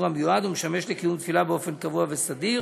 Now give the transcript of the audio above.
המיועד ומשמש לקיום תפילה באופן קבוע וסדיר